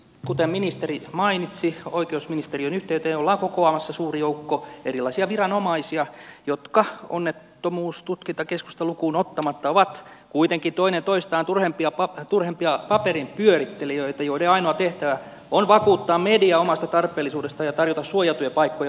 kuten ministeri mainitsi oikeusministeriön yhteyteen ollaan kokoamassa suuri joukko erilaisia viranomaisia jotka onnettomuustutkintakeskusta lukuun ottamatta ovat kuitenkin toinen toistaan turhempia paperinpyörittelijöitä joiden ainoa tehtävä on vakuuttaa media omasta tarpeellisuudestaan ja tarjota suojatyöpaikkoja valtapuolueiden poliitikoille